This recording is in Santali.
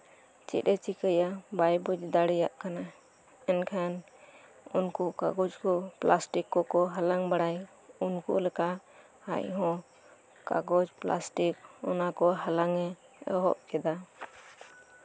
ᱪᱮᱫ ᱮ ᱪᱤᱠᱟᱹᱭᱟ ᱵᱟᱭ ᱵᱩᱡᱽ ᱫᱟᱲᱮᱭᱟᱜ ᱠᱟᱱᱟ ᱢᱮᱱᱠᱷᱟᱱ ᱩᱱᱠᱩ ᱠᱟᱜᱚᱡᱽ ᱠᱚ ᱛᱚ ᱯᱞᱟᱥᱴᱤᱠ ᱠᱚᱠᱚ ᱦᱟᱞᱟᱝ ᱵᱟᱲᱟᱭᱟ ᱩᱱᱠᱩ ᱞᱮᱠᱟ ᱟᱡᱦᱚᱸ ᱠᱟᱜᱚᱡᱽ ᱯᱞᱟᱥᱴᱤᱠ ᱚᱱᱟ ᱠᱚ ᱦᱟᱞᱟᱝ ᱮ